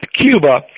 Cuba